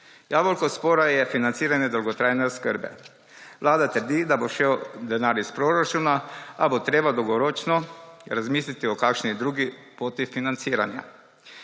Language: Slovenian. Jabolko spora je financiranje dolgotrajne oskrbe. Vlada trdi, da bo šel denar iz proračuna, a bo treba dolgoročno razmisliti o kakšni drugi poti financiranja.